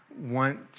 want